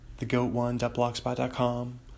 thegoatone.blogspot.com